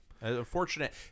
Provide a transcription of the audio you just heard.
unfortunate